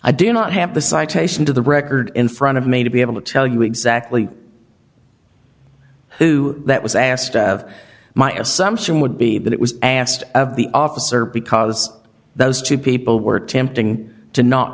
i do not have the citation to the record in front of me to be able to tell you exactly who that was asked of my assumption would be that it was asked of the officer because those two people were attempting to not